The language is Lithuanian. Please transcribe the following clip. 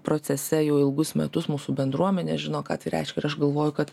procese jau ilgus metus mūsų bendruomenė žino ką tai reiškia ir aš galvoju kad